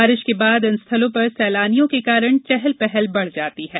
बारिश के बाद इन स्थलों पर सैलानियों के कारण चहल पहल बढ़ जाती है